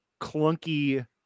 clunky